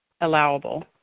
allowable